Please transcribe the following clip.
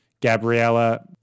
Gabriella